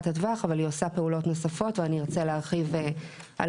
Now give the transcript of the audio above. הטווח אבל היא עושה פעולות נוספות ואני ארצה להרחיב על